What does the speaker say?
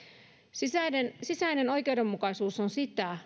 sisäinen sisäinen oikeudenmukaisuus on sitä